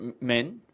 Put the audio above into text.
men